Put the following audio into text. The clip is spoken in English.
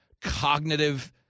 cognitive